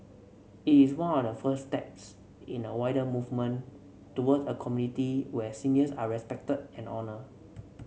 it is one of the first steps in a wider movement towards a community where seniors are respected and honoured